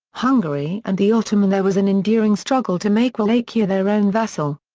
hungary and the ottoman there was an enduring struggle to make wallachia their own vassal.